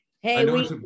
Hey